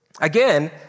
Again